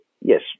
yes